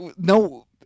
no